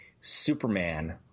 Superman